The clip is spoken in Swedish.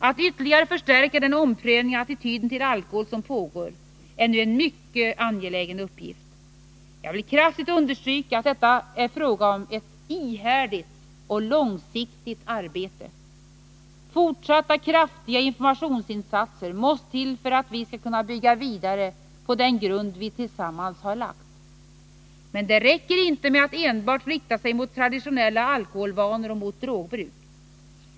Att ytterligare förstärka den omprövning av attityden till alkoholen som pågår är nu en mycket angelägen uppgift. Jag vill kraftigt understryka att det är fråga om ett ihärdigt och långsiktigt arbete. Fortsatta kraftiga informationsinsatser måste till för att vi skall kunna bygga vidare på den grund vi tillsammans har lagt. Men det räcker inte med att enbart rikta sig mot traditionella alkoholvanor och mot drogbruk.